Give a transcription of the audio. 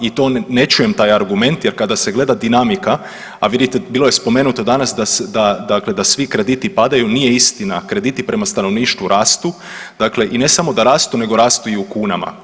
I tu ne čujem taj argument jer kada se gleda dinamika, a vidite bilo je spomenuto danas da, da, dakle da svi krediti padaju, nije istina, krediti prema stanovništvu rastu, dakle i ne samo da rastu nego rastu i u kunama.